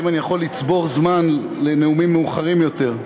האם אני יכול לצבור זמן לנאומים מאוחרים יותר,